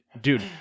dude